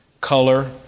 color